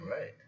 Right